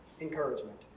encouragement